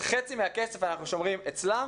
חצי מהכסף אנחנו שומרים אצלם